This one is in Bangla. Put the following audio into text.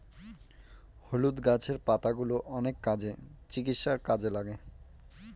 হলুদ গাছের পাতাগুলো অনেক কাজে, চিকিৎসার কাজে লাগে